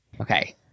Okay